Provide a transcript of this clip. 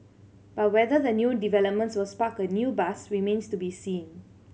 but whether the new developments will spark a new buzz remains to be seen